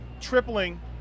tripling